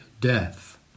death